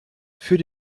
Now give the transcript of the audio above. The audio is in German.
für